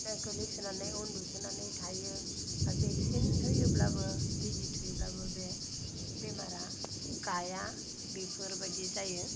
गोलैसोनानै उनदुसोनानै थायो भेक्सिन होयोब्लाबो बिजि थुयोब्लाबो बे बेमारआ गाया बेफोर बायदि जायो